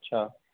اچھا